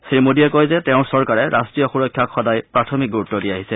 শ্ৰীমোদীয়ে কয় যে তেওঁৰ চৰকাৰে ৰাট্টীয় সুৰক্ষাক সদায় প্ৰাথমিক গুৰুত্ব দি আহিছে